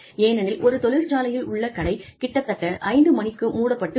ஏனெனில் ஒரு தொழிற்சாலையில் உள்ள கடை கிட்டத்தட்ட 5 மணிக்கு மூடப்பட்டு விடும்